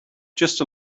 just